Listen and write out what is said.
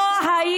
צא מהאולם,